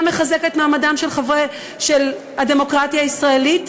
גם לחזק את מעמדה של הדמוקרטיה הישראלית,